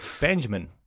Benjamin